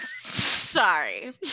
Sorry